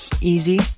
easy